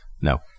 No